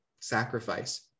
sacrifice